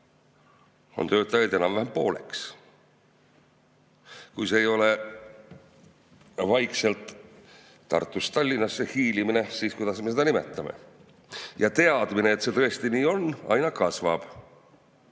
linnas] enam-vähem pooleks. Kui see ei ole vaikselt Tartust Tallinnasse hiilimine, siis kuidas me seda nimetame? Teadmine, et see tõesti nii on, aina kasvab.